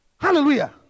Hallelujah